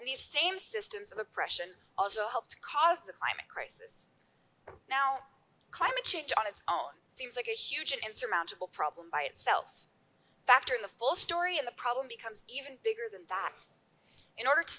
and these same systems of oppression also helped cause the climate crisis now climate change on its own seems like you're such an insurmountable problem by itself factor in the full story of the problem becomes even bigger than that in order to